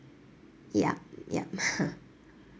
ya ya